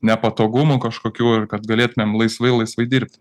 nepatogumų kažkokių ir kad galėtumėm laisvai laisvai dirbti